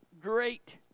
great